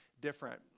different